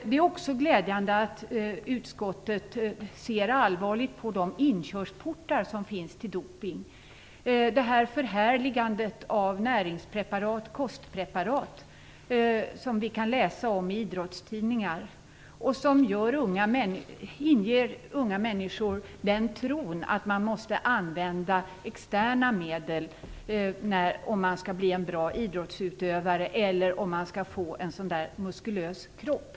Det är också glädjande att utskottet ser allvarligt på de inkörsportar till doping som finns och på det förhärligande av näringspreparat, kostpreparat, som vi kan läsa om i idrottstidningar och som inger unga människor tron att man måste använda externa medel för att bli en bra idrottsutövare eller för att få en muskulös kropp.